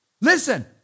Listen